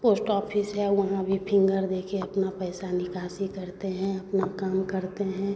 post office है वहाँ भी फिंगर देकर अपना पैसा निकासी करते हैं अपना काम करते हैं